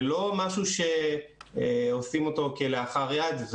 זה לא משהו שעושים אותו כלאחר יד,